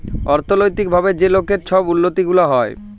অথ্থলৈতিক ভাবে যে লকের ছব উল্লতি গুলা হ্যয়